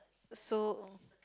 so